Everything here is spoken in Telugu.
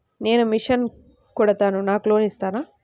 నేను మిషన్ కుడతాను నాకు లోన్ ఇస్తారా?